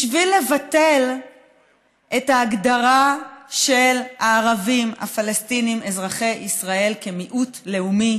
בשביל לבטל את ההגדרה של הערבים הפלסטינים אזרחי ישראל כמיעוט לאומי